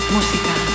Música